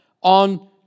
on